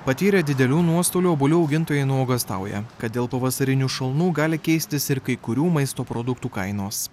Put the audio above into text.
patyrė didelių nuostolių obuolių augintojai nuogąstauja kad dėl pavasarinių šalnų gali keistis ir kai kurių maisto produktų kainos